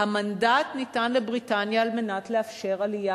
המנדט ניתן לבריטניה על מנת לאפשר עלייה